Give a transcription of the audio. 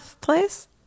Place